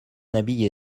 habillé